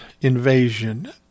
invasion